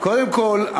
קודם כול,